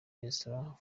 restaurant